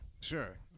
Sure